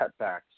cutbacks